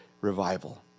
revival